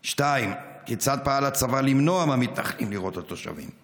2. כיצד פעל הצבא למנוע מהמתנחלים לירות על תושבים?